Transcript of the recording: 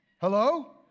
Hello